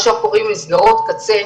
מה שאנחנו קוראים מסגרות קצה,